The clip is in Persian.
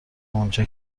اونجا